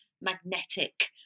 magnetic